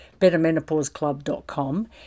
bettermenopauseclub.com